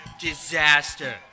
disaster